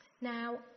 Now